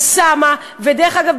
דרך אגב,